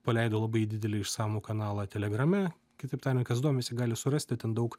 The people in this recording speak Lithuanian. paleido labai didelį išsamų kanalą telegrame kitaip tariant kas domisi gali surasti ten daug